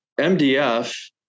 MDF